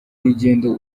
rugendo